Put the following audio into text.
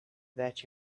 that